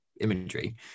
imagery